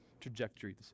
trajectory